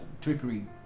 Trickery